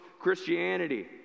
Christianity